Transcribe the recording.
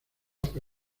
que